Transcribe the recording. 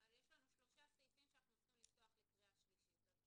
יש לנו שלושה סעיפים שאנחנו צריכים לפתוח לקריאה שלישית,